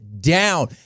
down